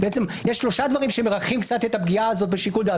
יש שלושה דברים שמרככים את הפגיעה הזאת קצת בשיקול דעת.